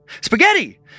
Spaghetti